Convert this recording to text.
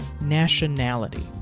nationality